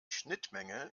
schnittmenge